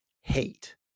hate